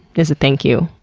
as a thank you,